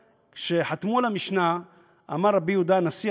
כשחתמו את המשנה אמר רבי יהודה הנשיא,